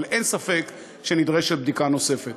אבל אין ספק שנדרשת בדיקה נוספת.